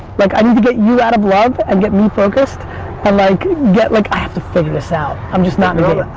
like i need to get you out of love and get me focused and like like, i have to figure this out. i'm just not in